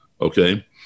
okay